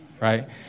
right